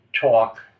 talk